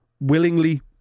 willingly